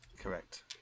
correct